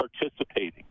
participating